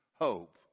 Hope